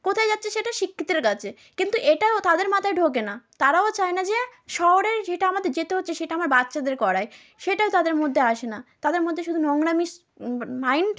কোথায় যাচ্ছে সেটা শিক্ষিতের কাছেই কিন্তু এটা তাদের মাথায় ঢোকে না তারাও চায় না যে শহরে যেটা আমাদের যেতে হচ্ছে সেটা আমার বাচ্চাদের করায় সেটাই তাদের মধ্যে আসে না তাদের মধ্যে শুধু নোংরামির মাইন্ড